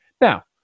Now